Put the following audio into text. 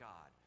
God